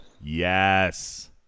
Yes